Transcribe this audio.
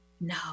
no